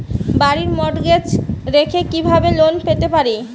বাড়ি মর্টগেজ রেখে কিভাবে লোন পেতে পারি?